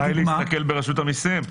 די להסתכל ברשות המיסים.